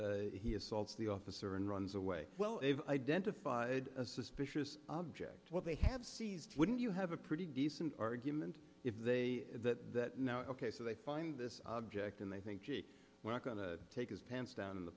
that he assaults the officer and runs away well if identified a suspicious object what they have seized wouldn't you have a pretty decent argument if they that now ok so they find this object and they think gee we're not going to take his pants down in the